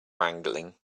wrangling